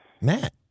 Matt